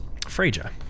Freja